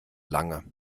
lange